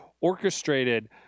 orchestrated